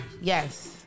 Yes